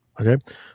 Okay